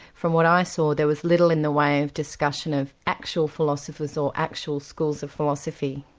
from what i saw, there was little in the way of discussion of actual philosophers or actual schools of philosophy?